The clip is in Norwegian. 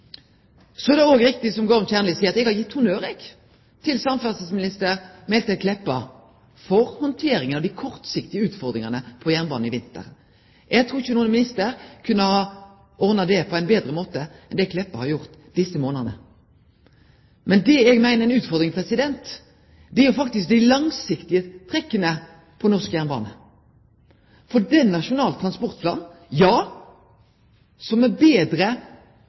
Det er riktig som Gorm Kjernli seier, at eg har gitt honnør til samferdselsminister Meltveit Kleppa for handteringa av dei kortsiktige utfordringane på jernbanen i vinter. Eg trur ikkje nokon minister kunne ha ordna det på ein betre måte enn det Kleppa har gjort desse månadene. Men det eg meiner er ei utfordring, er faktisk dei langsiktige trekka ved norsk jernbane. For denne nasjonale transportplanen – som ja, er betre